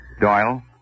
Doyle